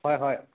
হয় হয়